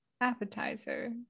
appetizer